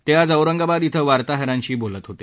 ते आज औरंगाबाद इथं वार्ताहरांशी बोलत होते